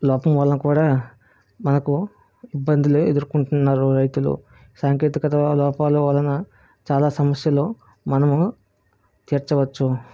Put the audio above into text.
లోపం వలన కూడా మనకు ఇబ్బందులు ఎదురుకుంటున్నారు రైతులు సాంకేతికత లోపాల వలన చాలా సమస్యలు మనము తీర్చ వచ్చు